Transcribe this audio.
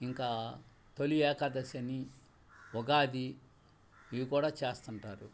ఇంకా తొలి ఏకాదశి అని ఉగాది ఇవి కూడా చేస్తుంటారు